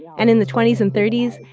and in the twenty s and thirty s,